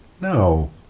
No